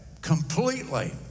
completely